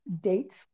dates